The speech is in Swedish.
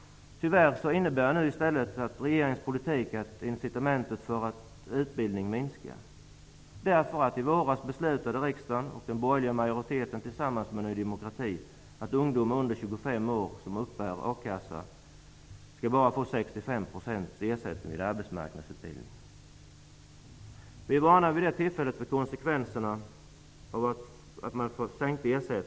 Tyvärr innebär nu regeringens politik att incitamenten för utbildning minskar. I Vi varnade för konsekvenserna av att man kan få mer i ersättning när man är arbetslös än när man studerar.